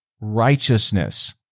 righteousness